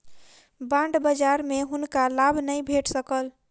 bond बजार में हुनका लाभ नै भेट सकल